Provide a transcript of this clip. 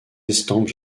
estampes